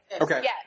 Okay